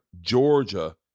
Georgia